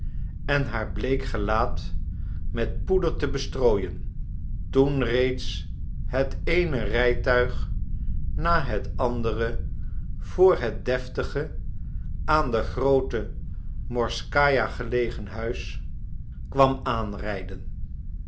en haar bleek gelaat met poeder te bestrooien toen reeds het eene rijtuig na het andere voor het deftige aan de groote morskaja gelegen huis kwam aanrijden